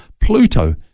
Pluto